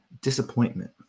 disappointment